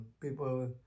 people